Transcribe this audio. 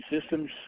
systems